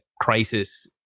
crisis